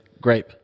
grape